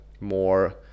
more